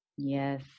Yes